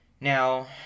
Now